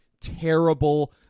terrible